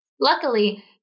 Luckily